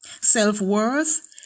self-worth